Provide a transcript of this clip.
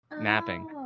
Napping